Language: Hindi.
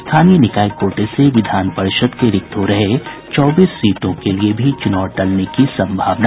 स्थानीय निकाय कोटे से विधान परिषद के रिक्त हो रहे चौबीस सीटों के लिए भी चुनाव टलने की संभावना